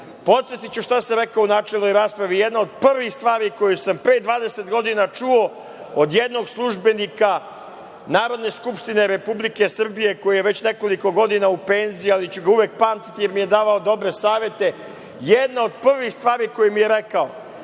policije. Podsetiću šta sam rekao u načelnoj raspravi. Jedna od prvih stvari koju sam pre 20 godina čuo od jednog službenika Narodne skupštine Republike Srbije, koji je već nekoliko godina u penziji, ali ću ga uvek pamtiti jer mi je davao dobre savete, jedna od prvih stvari koju mi je rekao